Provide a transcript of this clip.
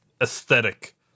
aesthetic